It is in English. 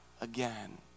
again